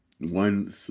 One